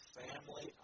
family